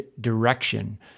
direction